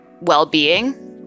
well-being